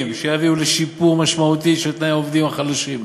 יביאו לשיפור משמעותי של תנאי העובדים החלשים,